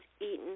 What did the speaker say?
eaten